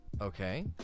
okay